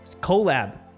collab